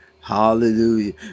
Hallelujah